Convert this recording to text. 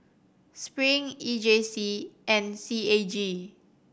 Spring E J C and C A G